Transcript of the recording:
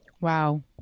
Wow